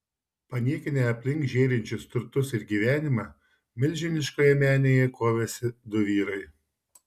paniekinę aplink žėrinčius turtus ir gyvenimą milžiniškoje menėje kovėsi du vyrai